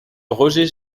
roger